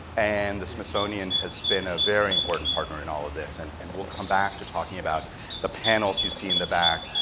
and the smithsonian has been a very important partner in all of this, and and we'll come back to talking about the panels you see in the back.